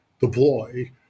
deploy